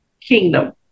kingdom